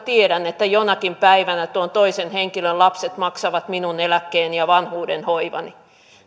tiedän että jonakin päivänä tuon toisen henkilöt lapset maksavat minun eläkkeeni ja vanhuudenhoivani